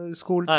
school